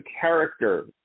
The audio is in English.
character